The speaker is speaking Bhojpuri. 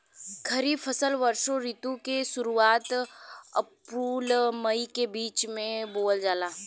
खरीफ फसल वषोॅ ऋतु के शुरुआत, अपृल मई के बीच में बोवल जाला